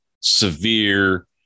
severe